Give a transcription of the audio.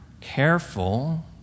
careful